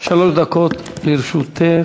שלוש דקות לרשותך.